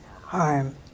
harm